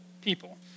people